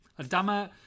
Adama